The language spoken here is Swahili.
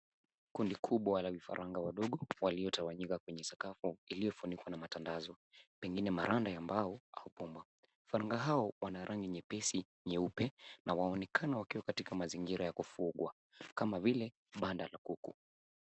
Kundi kubwa la vifaranga wadogo waliotawanyika kwenye sakafu iliyofunikwa na matandazo, pengine maranda ya mbao au bomba. Vifaranga hao wana rangi nyepesi nyeupe, na wanaonekana wakiwa katika mazingira ya kufugwa, kama vile banda la kuku.